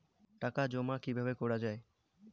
টাকা জমা কিভাবে করা য়ায়?